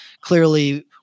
clearly